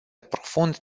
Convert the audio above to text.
profund